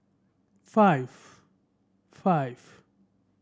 five five